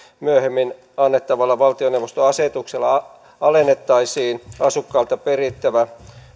myöhemmin annettavalla valtioneuvoston asetuksella alennettaisiin asukkailta perittävä